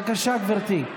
בבקשה, גברתי.